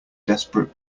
desperate